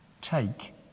take